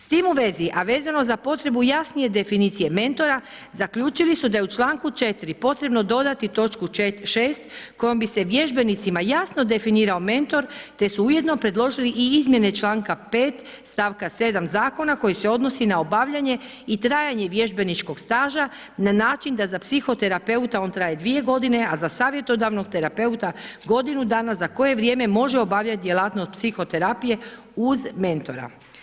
S tim u vezi, a vezano za potrebu jasnije definicije mentora, zaključili su da je u čl. 4. potrebno dodati točku 6. kojom bi se vježbenicima jasno definirao mentor te su ujedno predložili i izmjene članka 5., st. 7. Zakona koji se odnosi na obavljanje i trajanje vježbeničkog staža na način da za psihoterapeuta on traje dvije godine, a za savjetodavnog terapeuta godinu dana za koje vrijeme može obavljati djelatnost psihoterapije uz mentora.